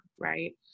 right